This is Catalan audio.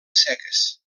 seques